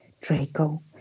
Draco